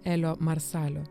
elio marsalio